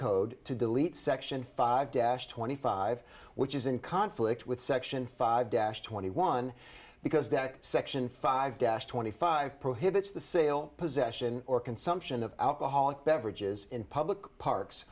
code to delete section five dash twenty five which is in conflict with section five dash twenty one because that section five dash twenty five prohibits the sale possession or consumption of alcohol beverages in public parks